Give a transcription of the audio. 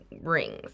rings